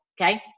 Okay